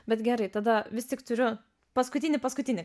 bet gerai tada vis tik turiu paskutinį paskutinį